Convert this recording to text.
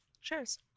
Cheers